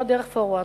לא דרך "פורוורד",